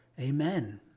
Amen